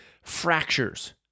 fractures